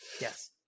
Yes